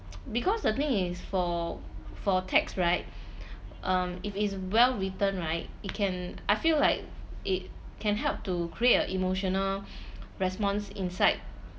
because the thing is for for texts right um if it's well written right it can I feel like it can help to create a emotional response inside